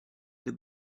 the